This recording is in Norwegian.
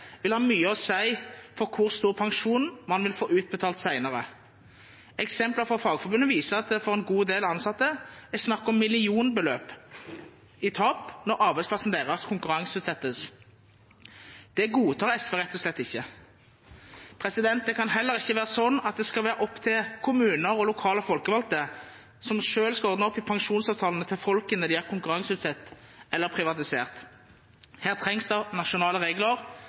vil ha mye å si for hvor stor pensjon man vil få utbetalt senere. Eksempler fra Fagforbundet viser at det for en god del ansatte er snakk om millionbeløp i tap når arbeidsplassen deres konkurranseutsettes. Det godtar SV rett og slett ikke. Det kan heller ikke være sånn at det skal være opp til kommuner og lokale folkevalgte selv å ordne opp i pensjonsavtalene til folkene de har konkurranseutsatt eller privatisert. Her trengs det nasjonale regler